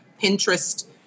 Pinterest